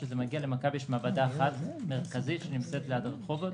כשזה מגיע למכבי יש מעבדה אחת מרכזית שנמצאת ליד רחובות.